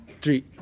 Three